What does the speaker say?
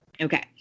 Okay